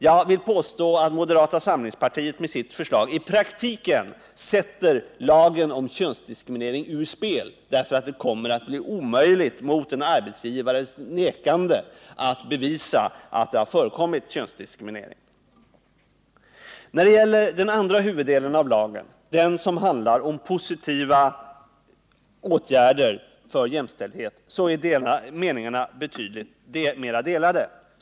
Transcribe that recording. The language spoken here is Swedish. Jag vill påstå att moderata samlingspartiet med sitt förslag i praktiken sätter lagen om könsdiskriminering ur spel, därför att det kommer, om deras förslag finner gehör, att bli omöjligt — mot en arbetsgivares nekande — att bevisa att det har förekommit könsdiskriminering. När det gäller den andra huvuddelen av lagen, den som handlar om positiva åtgärder för jämställdhet, är meningarna betydligt mer delade.